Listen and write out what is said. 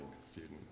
student